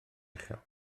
uchel